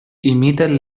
imiten